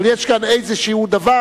אבל יש כאן איזשהו דבר,